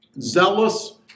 zealous